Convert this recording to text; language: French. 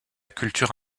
culture